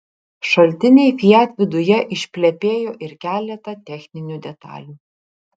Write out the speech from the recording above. šaltiniai fiat viduje išplepėjo ir keletą techninių detalių